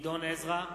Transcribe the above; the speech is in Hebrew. גדעון עזרא,